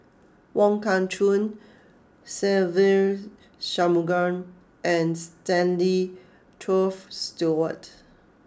Wong Kah Chun Se Ve Shanmugam and Stanley Toft Stewart